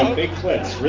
um big clits